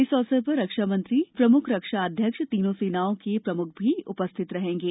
इस अवसर पर रक्षामंत्री प्रमुख रक्षा अध्यक्ष तीनों सेनाओं के प्रमुख भी उपस्थित रहेंगे